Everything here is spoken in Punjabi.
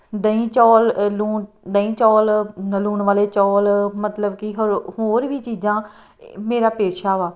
ਦਹੀਂ ਚੌਲ ਲੂਣ ਦਹੀਂ ਚੌਲ ਲੂਣ ਵਾਲੇ ਚੌਲ ਮਤਲਬ ਕਿ ਹਰੋ ਹੋਰ ਵੀ ਚੀਜ਼ਾਂ ਮੇਰਾ ਪੇਸ਼ਾ ਵਾ